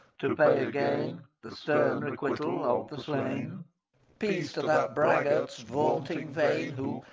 to pay again the stern requital of the slain peace to that braggart's vaunting vain, who,